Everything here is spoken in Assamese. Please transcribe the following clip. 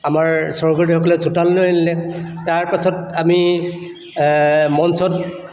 আমাৰ স্বৰ্গদেউসকলে চোতাললৈ আনিলে তাৰপাছত আমি মঞ্চত